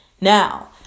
Now